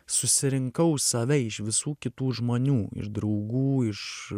susirinkau save iš visų kitų žmonių iš draugų iš